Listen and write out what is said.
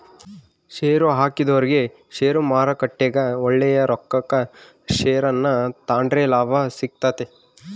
ಷೇರುಹಾಕಿದೊರಿಗೆ ಷೇರುಮಾರುಕಟ್ಟೆಗ ಒಳ್ಳೆಯ ರೊಕ್ಕಕ ಷೇರನ್ನ ತಾಂಡ್ರೆ ಲಾಭ ಸಿಗ್ತತೆ